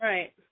Right